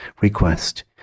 request